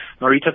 Marita